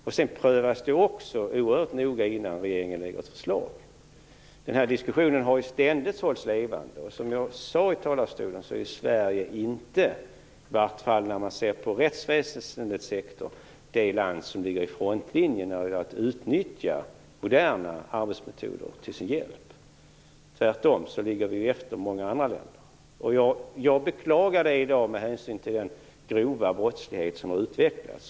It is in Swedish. Detta prövas också oerhört noga innan regeringen lägger fram förslag. Den här diskussionen har ständigt hållits levande. Som jag tidigare sagt här i talarstolen är Sverige, åtminstone när det gäller rättsväsendets sektor, inte det land som ligger i frontlinjen i fråga om att ta moderna arbetsmetoder till sin hjälp. Tvärtom ligger vi efter många andra länder. Det beklagar jag i dag med hänsyn till den grova brottslighet som har utvecklats.